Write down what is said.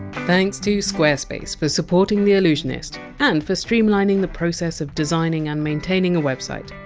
thanks to squarespace for supporting the allusionist, and for streamlining the process of designing and maintaining a website.